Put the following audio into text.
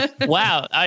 Wow